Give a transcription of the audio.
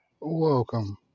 welcome